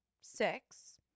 six